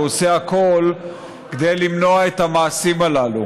עושה הכול כדי למנוע את המעשים הללו.